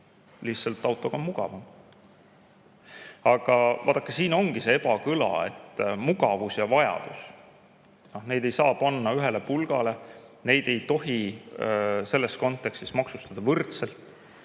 lihtsalt mugavam. Aga vaadake, siin ongi ebakõla. Mugavus ja vajadus – neid ei saa panna ühele pulgale, neid ei tohi selles kontekstis maksustada võrdselt,